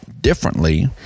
differently